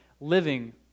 living